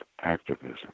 activism